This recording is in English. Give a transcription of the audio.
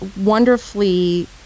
wonderfully